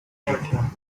writing